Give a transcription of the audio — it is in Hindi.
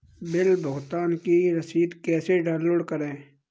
बिल भुगतान की रसीद कैसे डाउनलोड करें?